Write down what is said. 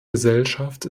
gesellschaft